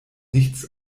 nichts